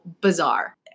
bizarre